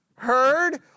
heard